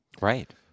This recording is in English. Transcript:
right